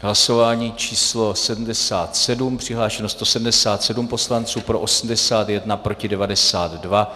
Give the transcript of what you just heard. Hlasování číslo 77, přihlášeno 177 poslanců, pro 81, proti 92.